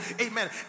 amen